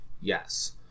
Yes